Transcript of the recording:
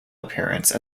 appearance